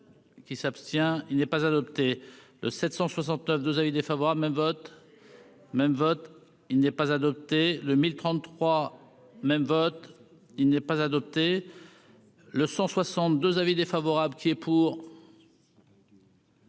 Qui s'abstient, il n'est pas adopté le 769 2 avis défavorables même vote même vote il n'est pas adopté le 1033 même vote il n'est pas adopté. Le 162 avis défavorable qui est pour.